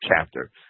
chapter